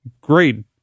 great